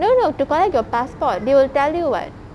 no no to collect your passport they will tell you [what]